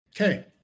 okay